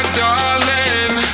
darling